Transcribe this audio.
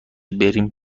بریم